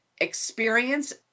experience